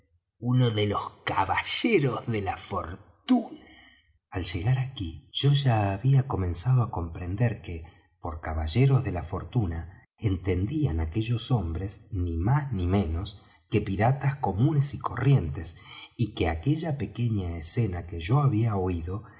uno de los caballeros de fortuna al llegar aquí yo ya había comenzado á comprender que por caballeros de la fortuna entendían aquellos hombres ni más ni menos que piratas comunes y corrientes y que aquella pequeña escena que yo había oído